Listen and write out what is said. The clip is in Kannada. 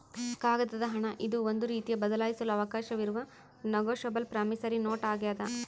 ಕಾಗದದ ಹಣ ಇದು ಒಂದು ರೀತಿಯ ಬದಲಾಯಿಸಲು ಅವಕಾಶವಿರುವ ನೆಗೋಶಬಲ್ ಪ್ರಾಮಿಸರಿ ನೋಟ್ ಆಗ್ಯಾದ